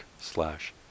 slash